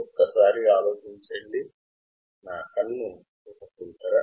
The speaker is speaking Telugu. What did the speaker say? ఒక్కసారి ఆలోచించండి నా కన్ను ఒక ఫిల్టరా